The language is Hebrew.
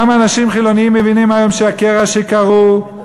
גם אנשים חילונים מבינים היום שהקרע שקרעו